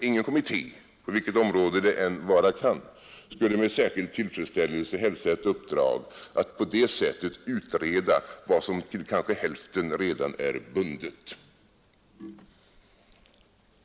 Ingen kommitté — på vilket område det vara må — skulle med särskild tillfredsställelse hälsa ett uppdrag att på det sättet utreda vad som kanske till hälften redan är bundet.